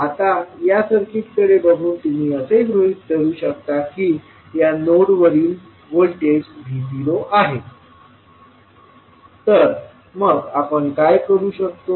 आता या सर्किटकडे बघून तुम्ही असे गृहित धरू शकता की या नोडवरील व्होल्टेज V0आहे तर मग आपण काय करू शकतो